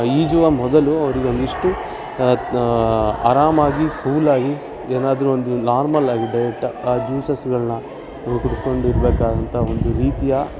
ಈಜುವ ಮೊದಲು ಅವರಿಗೊಂದಿಷ್ಟು ಅರಾಮಾಗಿ ಕೂಲಾಗಿ ಏನಾದ್ರೂ ಒಂದು ನಾರ್ಮಲ್ಲಾಗಿ ಡಯೆಟ್ಟ ಆ ಜ್ಯೂಸಸ್ಗಳನ್ನ ಕುಡ್ಕೊಂಡಿರಬೇಕಾದಂಥ ಒಂದು ರೀತಿಯ